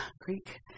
Greek